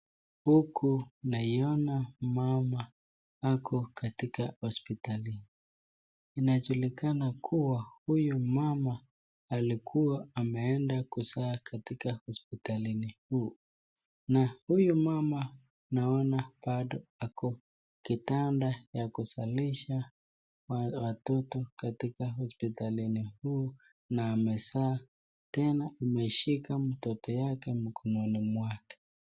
Huku naiona mama ako katika hospitali. Inajulikana kua huyu mama alikua ameenda kuzaa katika hospitalini huu na huyu mama naona bado ako kitanda ya kuzalisha watoto katika hospitalini huu na amezaa tena ameshika mtoto yake mkononi mwake.